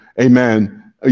Amen